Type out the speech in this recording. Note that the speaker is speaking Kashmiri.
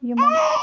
یِمن